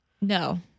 No